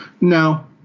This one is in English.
No